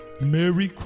Merry